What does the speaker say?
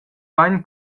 bein